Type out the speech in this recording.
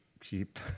cheap